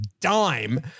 dime